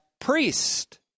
priest